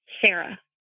Sarah